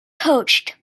coached